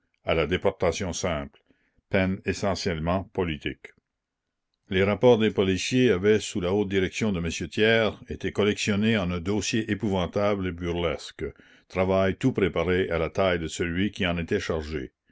à la déportation simple peine essentiellement politique les rapports des policiers avaient sous la haute direction de m thiers été collectionnés en un dossier épouvantable et burlesque travail tout préparé à la taille de celui qui en était chargé